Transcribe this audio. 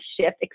shift